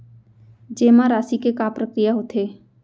जेमा राशि के का प्रक्रिया होथे?